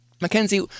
Mackenzie